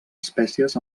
espècies